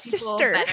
sister